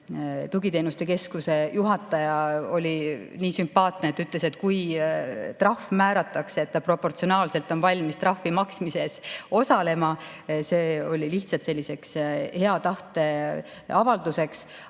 Tugiteenuste keskuse juhataja oli nii sümpaatne, et ütles, et kui trahv määratakse, siis ta proportsionaalselt on valmis trahvi maksmises osalema. See oli lihtsalt selline hea tahte avaldus.